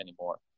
anymore